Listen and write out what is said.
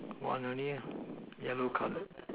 one only ah yellow colour